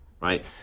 right